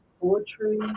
poetry